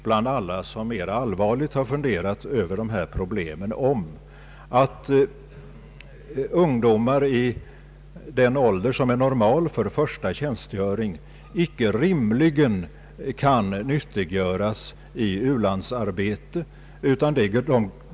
Bland alla som mera allvarligt har funderat över dessa problem råder nämligen fullständig enighet om att ungdomar i den ålder, som är normal för första tjänstgöring, icke rimligen kan nyttiggöras i u-landsarbete.